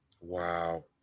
Wow